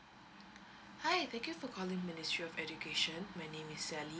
hi thank you for calling ministry of education my name is sally